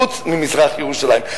חוץ ממזרח-ירושלים.